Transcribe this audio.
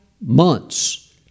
months